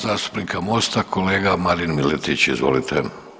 Zastupnika Mosta, kolega Marin Miletić, izvolite.